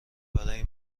برای